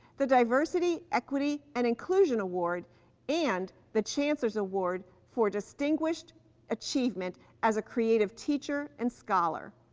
the diversity, equity and inclusion award and the chancellor's award for distinguished achievement as a creative teacher and scholar.